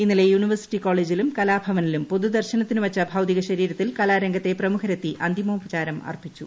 ഇന്നലെ യൂണിവേഴ്സിറ്റി കോളേജിലും കലാഭവനിലും പൊതുദർശനത്തിനുവച്ച ഭൌതിക ശരീരത്തിൽ കലാരംഗത്തെ പ്രമുഖരെത്തി അന്തിമോപചാരം അർപ്പിച്ചു